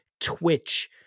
twitch